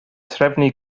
trefnu